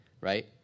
right